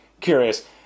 curious